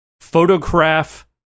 photograph